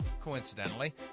coincidentally